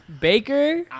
Baker